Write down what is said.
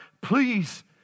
please